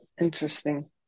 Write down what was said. Interesting